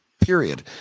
period